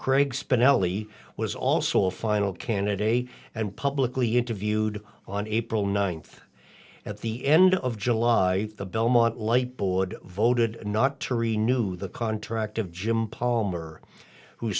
craig spinelli was also a final candidate and publicly interviewed on april ninth at the end of july the belmont light board voted not to renewed the contract of jim palmer who